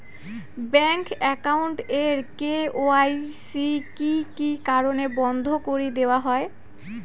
Bank account এর KYC কি কি কারণে বন্ধ করি দেওয়া হয়?